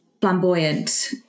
flamboyant